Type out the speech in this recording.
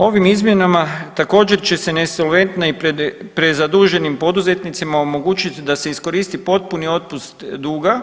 Ovim izmjenama također će se nesolventna i prezaduženim poduzetnicima omogućiti da se iskoristi potpuni otpust duga